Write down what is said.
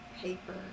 paper